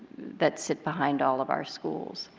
that sit behind all of our schools.